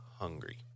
hungry